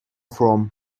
from